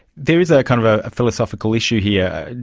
there is ah kind of a philosophical issue here.